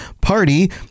party